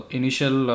initial